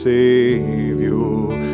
Savior